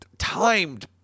Timed